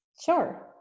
Sure